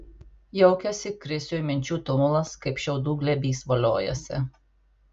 jaukiasi krisiui minčių tumulas kaip šiaudų glėbys voliojasi